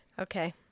Okay